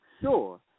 sure